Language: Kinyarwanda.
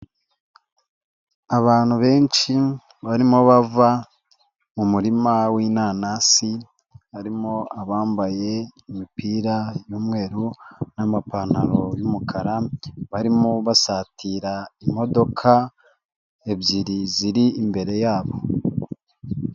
Abantu benshi barimo bava mu murima w'inanasi, harimo abambaye imipira y'umweru n'amapantaro y'umukara, barimo basatira imodoka ebyiri ziri imbere yabo.